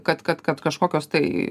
kad kad kad kažkokios tai